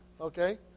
Okay